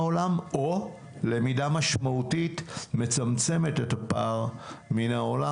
העולם או למידה משמעותית מצמצמת את הפער מן העולם.